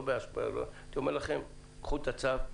הייתי אומר לכם: קחו את צו,